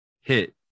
hit